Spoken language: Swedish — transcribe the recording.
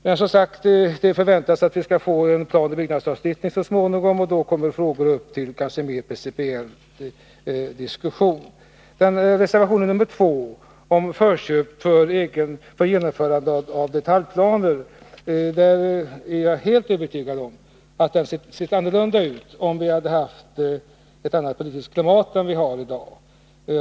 Det förväntas att vi skall få en planoch byggnadslagstiftning så småningom, och då kommer kanske dessa frågor upp till mera principiell diskussion. När det gäller reservation nr 2 om förköp för genomförande av detaljplan är jag helt övertygad om att den hade sett annorlunda ut om vi hade haft ett annat politiskt klimat än vi har i dag.